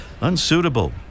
unsuitable